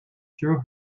through